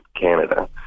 Canada